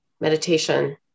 meditation